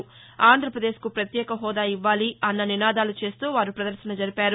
ఆంధ్రపదేశ్కు ప్రత్యేక హోదా ఇవ్వాలి అన్న నినాదాలు చేస్తూ వారు పదర్శన జరిపారు